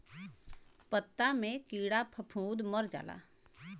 पत्ता मे कीड़ा फफूंद मर जाला